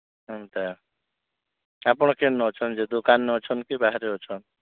ଏନ୍ତା ଆପଣ କେନ୍ ଅଛନ୍ ଯେ ଦୋକାନ୍ରେ ଅଛନ୍ କି ବାହାରେ ଅଛନ୍